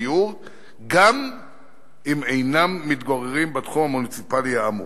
גיור גם אם אינם מתגוררים בתחום המוניציפלי האמור.